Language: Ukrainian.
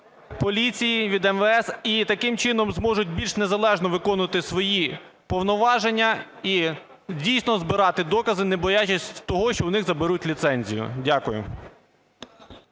поліції, від МВС, і таким чином зможуть більш незалежно виконувати свої повноваження, і дійсно збирати докази, не боячись того, що в них заберуть ліцензію. Дякую.